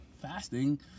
fasting